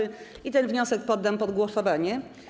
I ten wniosek poddam pod głosowanie.